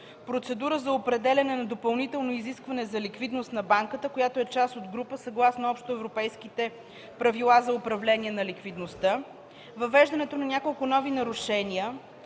процедура за определяне на допълнително изискване за ликвидност на банка, която е част от група, съгласно общоевропейските правила за управление на ликвидността; въвеждането на няколко нови вида нарушения,